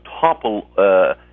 topple